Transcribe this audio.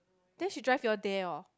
then she drive you all there oh